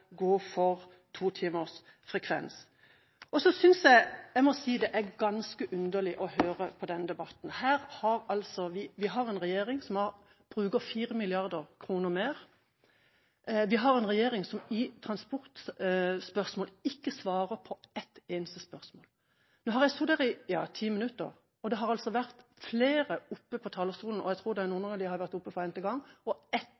gå inn for totimers frekvens. Jeg må også si jeg synes det er ganske underlig å høre på denne debatten. Vi har en regjering som bruker 4 mrd. kr mer. Vi har en regjering som i transportsaker ikke svarer på ett eneste spørsmål. Nå har jeg sittet her i ti minutter, og det har vært flere oppe på talerstolen – noen av dem for n-te gang, tror jeg – og etterlyst svar fra statsråden som altså betjener Samferdselsdepartementet, og